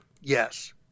Yes